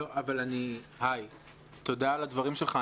שלום, תודה על הדברים שלך.